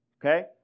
Okay